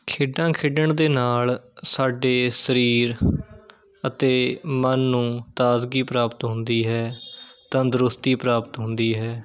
ਖੇਡਾਂ ਖੇਡਣ ਦੇ ਨਾਲ਼ ਸਾਡੇ ਸਰੀਰ ਅਤੇ ਮਨ ਨੂੰ ਤਾਜ਼ਗੀ ਪ੍ਰਾਪਤ ਹੁੰਦੀ ਹੈ ਤੰਦਰੁਸਤੀ ਪ੍ਰਾਪਤ ਹੁੰਦੀ ਹੈ